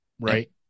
Right